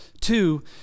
Two